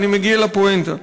אני מגיע לפואנטה.